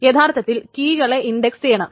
യഥാർത്ഥത്തിൽ കീകളെ ഇൻഡക്സ് ചെയ്യണം